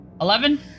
eleven